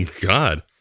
God